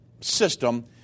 system